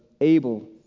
able